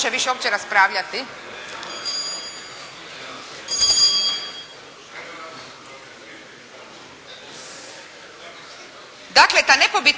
Dakle, ta nepobitna